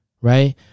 right